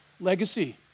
Legacy